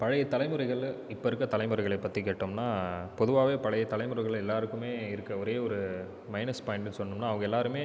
பழைய தலைமுறைகளில் இப்போ இருக்க தலைமுறைகளை பற்றி கேட்டோம்னா பொதுவாகவே பழைய தலைமுறைகள் எல்லோருக்குமே இருக்க ஒரே ஒரு மைனஸ் பாயிண்ட்டுனு சொல்லணும்னா அவங்க எல்லோருமே